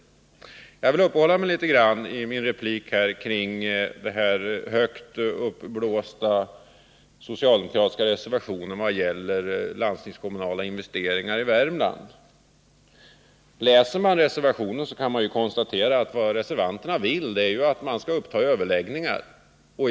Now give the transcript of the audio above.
Jag vill i min replik också uppehålla mig vid den stort uppblåsta socialdemokratiska reservation som gäller landstingskommunala investeringar i Värmland. Läser man den reservationen kan man konstatera att vad reservanterna vill är att regeringen skall uppta överläggningar med landstinget.